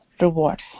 reward